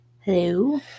Hello